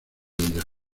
ellas